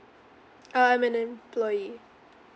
uh I'm an employee